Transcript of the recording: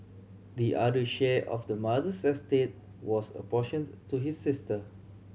the other share of the mother's estate was apportioned to his sister